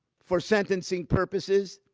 for sentencing purposes,